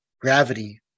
gravity